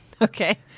Okay